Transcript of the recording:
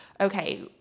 okay